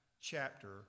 chapter